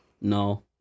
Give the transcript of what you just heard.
No